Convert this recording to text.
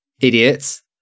idiots